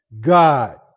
God